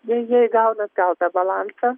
jie jie įgauna atgal tą balansą